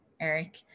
Eric